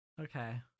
Okay